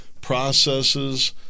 processes